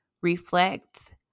reflect